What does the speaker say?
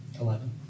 Eleven